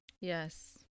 Yes